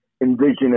indigenous